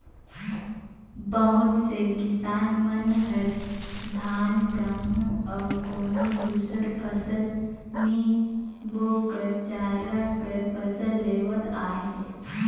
बहुत से किसान मन हर धान, गहूँ अउ कोनो दुसर फसल नी बो कर चारा कर फसल लेवत अहे